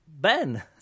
Ben